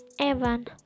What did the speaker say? evan